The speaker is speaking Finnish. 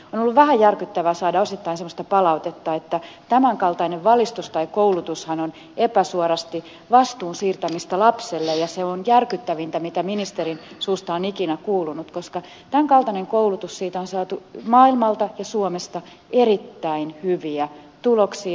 on ollut vähän järkyttävää saada osittain semmoista palautetta että tämän kaltainen valistus tai koulutushan on epäsuorasti vastuun siirtämistä lapselle ja se on järkyttävintä mitä ministerin suusta on ikinä kuulunut koska tämän kaltaisesta koulutuksesta on saatu maailmalta ja suomesta erittäin hyviä tuloksia